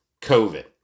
COVID